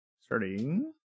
Starting